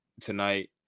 tonight